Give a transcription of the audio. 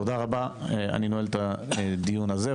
תודה רבה, אני נועל את הדיון הזה.